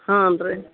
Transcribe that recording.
ಹ್ಞೂ ರೀ